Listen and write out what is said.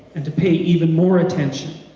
and to pay even more attention.